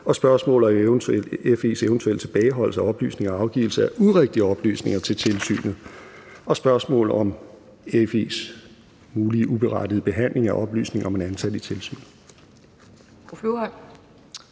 spørgsmål om FE's eventuelle tilbageholdelse af oplysninger og afgivelse af urigtige oplysninger til tilsynet og spørgsmål om FE's mulige uberettigede behandling af oplysninger om en ansat i tilsynet.